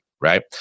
Right